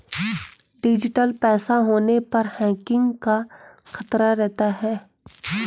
digital पैसा होने पर हैकिंग का खतरा रहता है